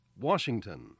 Washington